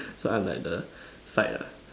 so I'm like the side lah